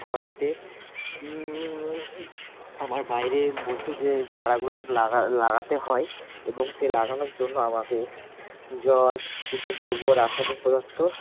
ঘরেতে আমার বাইরে বসে যে চারাগুলো সব লাগাতে হয় এবং সে লাগানোর জন্য আমাকে জল কিছু গোবর রাসায়নিক পদার্থ